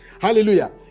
Hallelujah